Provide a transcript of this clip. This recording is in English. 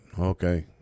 Okay